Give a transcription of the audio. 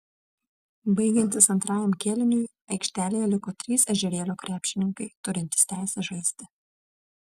baigiantis antrajam kėliniui aikštelėje liko trys ežerėlio krepšininkai turintys teisę žaisti